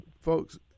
Folks